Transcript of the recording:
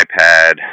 iPad